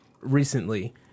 recently